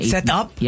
Setup